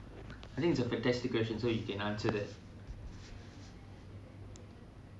I think it's a fantastic question so you can answer this